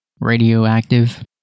Radioactive